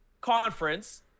conference –